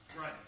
Right